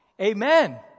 Amen